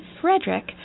Frederick